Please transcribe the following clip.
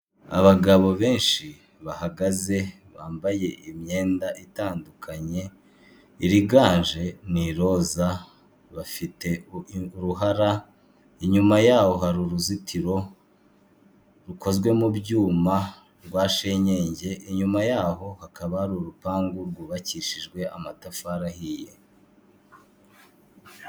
Abagabo benshi bahagaze bambaye imyenda itandukanye, iriganje n'iroza, bafite uruhara, inyuma yaho hari uruzitiro rukozwe mu byuma rwa shenyenge, inyuma yaho hakaba hari urupangu rwubakishijwe amatafari ahiye.